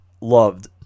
loved